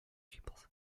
pupils